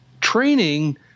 training